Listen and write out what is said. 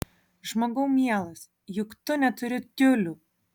žmogau mielas juk tu neturi tiulių